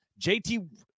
JT